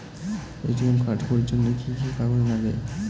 ATM card করির জন্যে কি কি কাগজ নাগে?